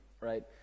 right